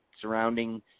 surrounding